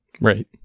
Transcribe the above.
right